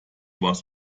was